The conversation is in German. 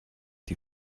die